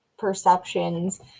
perceptions